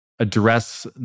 address